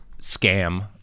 scam